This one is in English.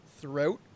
throughout